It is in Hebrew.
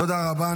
תודה רבה.